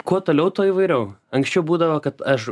kuo toliau tuo įvairiau anksčiau būdavo kad aš